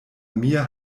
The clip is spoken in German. mir